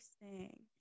Interesting